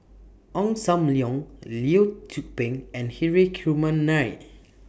Ong SAM Leong Lee Tzu Pheng and Hri Kumar Nair